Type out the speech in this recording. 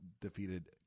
defeated